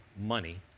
money